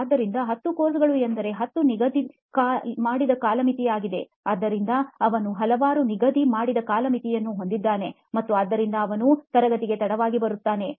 ಆದ್ದರಿಂದ 10 ಕೋರ್ಸ್ಗಳು ಎಂದರೆ 10 ನಿಗದಿ ಮಾಡಿದ ಕಾಲಮಿತಿ ಆಗಿದೆ ಆದ್ದರಿಂದ ಅವನು ಹಲವಾರು ನಿಗದಿ ಮಾಡಿದ ಕಾಲಮಿತಿಯನ್ನು ಹೊಂದಿದ್ದಾನೆ ಮತ್ತು ಆದ್ದರಿಂದ ಅವನು ತರಗತಿಗೆ ತಡವಾಗಿ ಬರುತ್ತಾನೆ